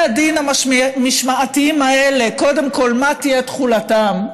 בתי הדין המשמעתיים האלה מה תהיה תכולתם,